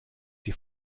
die